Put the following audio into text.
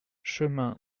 chemin